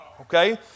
Okay